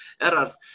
errors